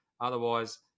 Otherwise